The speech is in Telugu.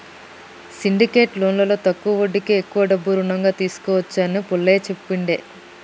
సిండికేట్ లోన్లో తక్కువ వడ్డీకే ఎక్కువ డబ్బు రుణంగా తీసుకోవచ్చు అని పుల్లయ్య చెప్పిండు